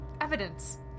Evidence